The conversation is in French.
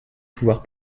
pouvoir